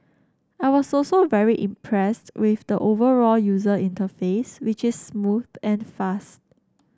I was also very impressed with the overall user interface which is smooth and fast